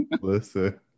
listen